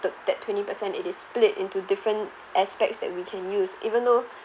the that twenty percent it is split into different aspects that we can use even though